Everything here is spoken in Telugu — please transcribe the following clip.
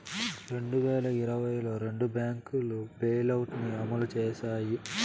రెండు వేల ఇరవైలో రెండు బ్యాంకులు బెయిలౌట్ ని అమలు చేశాయి